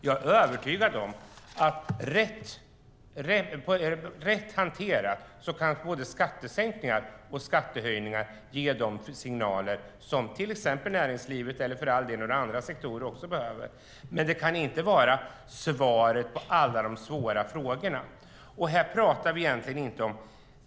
Jag är övertygad om att rätt hanterat kan både skattesänkningar och skattehöjningar ge de signaler som till exempel näringslivet eller för all del andra sektorer behöver, men det kan inte vara svaret på alla de svåra frågorna.